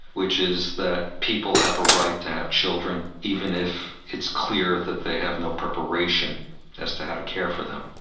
which is that people have a right to have children, even if it's clear that they have no preparation as to how to care for them.